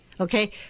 Okay